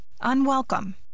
unwelcome